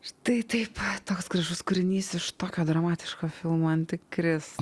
štai taip toks gražus kūrinys iš tokio dramatiško filmo antikris